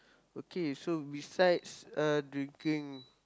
okay so besides uh drinking